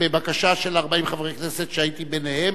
בבקשה של 40 חברי כנסת שהייתי ביניהם,